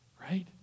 Right